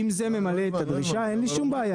אם זה ממלא את הדרישה, אין לי שום בעיה.